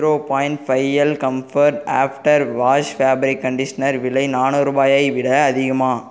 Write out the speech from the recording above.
zero point five L comfort after wash fabric conditioner விலை நானூரூபாயை விட அதிகமா